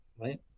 right